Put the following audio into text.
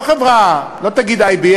לא תגיד IBM,